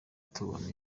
tubona